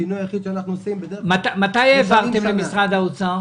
השינוי היחיד שאנחנו עושים --- מתי העברתם למשרד האוצר